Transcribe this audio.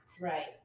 Right